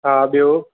हा ॿियो